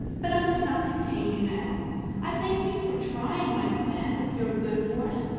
but i must not detain you now i thank you for trying my plan with your good horse,